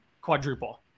quadruple